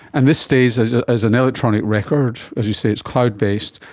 and this stays ah as an electronic record. as you say, it's cloud-based,